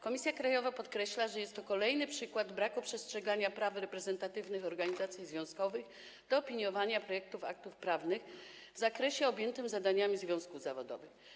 Komisja krajowa podkreśla, że jest to kolejny przykład braku przestrzegania praw reprezentatywnych organizacji związkowych do opiniowania projektów aktów prawnych w zakresie objętym zadaniami związków zawodowych.